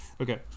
Okay